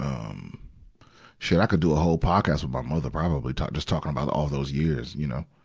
um shit, i could do a whole podcast with my mother. probably talk, just talking about all those years, you know.